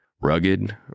Rugged